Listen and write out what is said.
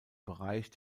bereich